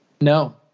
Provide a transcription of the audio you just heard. No